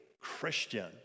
Christian